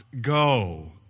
go